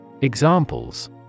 Examples